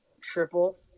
triple